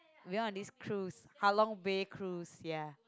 we went on this cruise Halong-Bay cruise ya